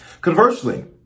Conversely